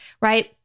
right